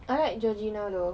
like georgina though